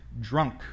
drunk